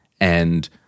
and-